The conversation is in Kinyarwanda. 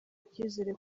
icyizere